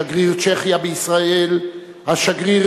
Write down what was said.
שגריר צ'כיה בישראל, השגריר